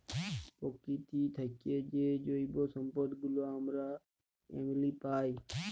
পকিতি থ্যাইকে যে জৈব সম্পদ গুলা আমরা এমলি পায়